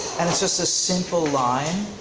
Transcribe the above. and it's just a simple line,